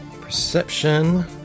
Perception